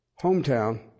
hometown